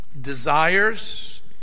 desires